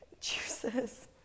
juices